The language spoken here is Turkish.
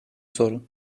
sorun